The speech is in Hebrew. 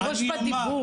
לפרוש בדיבור.